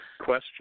question